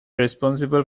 responsible